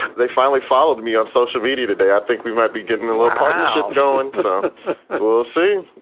they finally followed me on social media today. i think we might be getting a little partnership going. so we'll see.